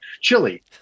chili